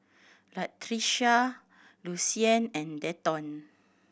Latricia Lucien and Denton